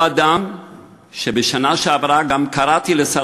זה אותו אדם שבשנה שעברה גם קראתי לשר